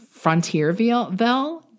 Frontierville